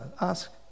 Ask